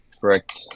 Correct